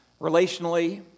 relationally